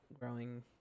growing